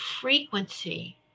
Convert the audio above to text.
frequency